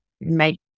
make